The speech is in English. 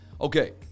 Okay